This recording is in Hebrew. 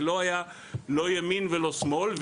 זה לא היה לא ימין ולא שמאל.